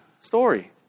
story